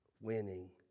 winning